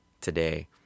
today